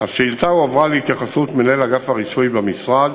השאילתה הועברה להתייחסות מנהל אגף הרישוי במשרד,